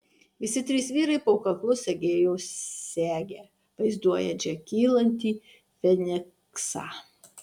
visi trys vyrai po kaklu segėjo segę vaizduojančią kylantį feniksą